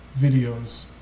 videos